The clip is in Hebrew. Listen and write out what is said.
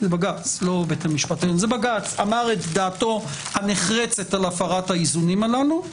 לא בית המשפט העליון אמר את דעתו הנחרצת על הפרת האיזונים הללו.